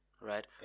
right